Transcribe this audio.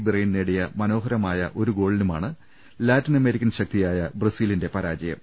brain നേടിയ മനോഹരമായ ഒരു ഗോളിനുമാണ് ലാറ്റിനമേരിക്കൻ ശക്തിയായ ബ്രസീലിന്റെ പരാജയം